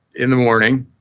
in the morning,